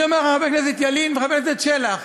אני אומר לכם, חבר הכנסת ילין וחבר הכנסת שלח,